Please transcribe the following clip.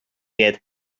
get